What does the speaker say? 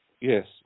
Yes